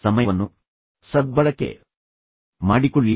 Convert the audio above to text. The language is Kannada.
ವಾರದ ರಸಪ್ರಶ್ನೆಯ ಮೊದಲು ಪಾಠಗಳನ್ನು ಮುಗಿಸುವುದನ್ನು ಒಂದು ಕೆಲಸವಾಗಿ ಮಾಡಿಕೊಳ್ಳಿ